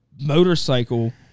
motorcycle